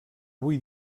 avui